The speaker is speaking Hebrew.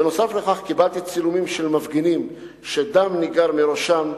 בנוסף, קיבלתי צילומים של מפגינים שדם ניגר מראשם.